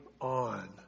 on